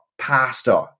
pastor